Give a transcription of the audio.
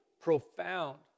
profound